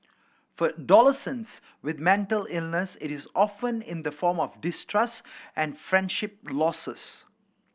for adolescents with mental illness it is often in the form of distrust and friendship losses